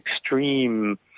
extreme